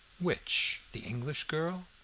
which? the english girl?